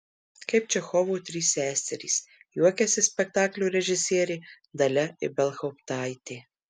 kaip čechovo trys seserys juokiasi spektaklio režisierė dalia ibelhauptaitė